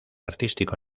artístico